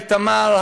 איתמר,